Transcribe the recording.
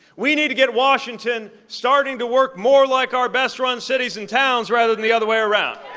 we need to get washington starting to work more like our best run cities and towns rather than the other way around